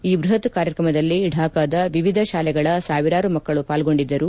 ಈ ಬೃಹತ್ ಕಾರ್ಯಕ್ರಮದಲ್ಲಿ ಢಾಕಾದ ವಿವಿಧ ಶಾಲೆಗಳ ಸಾವಿರಾರು ಮಕ್ಕಳು ಪಾಲ್ಗೊಂಡಿದ್ದರು